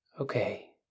Okay